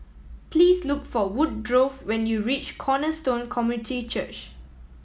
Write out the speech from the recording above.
please look for Woodrow when you reach Cornerstone Community Church